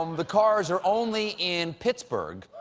um the cars are only in pittsburgh,